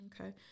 Okay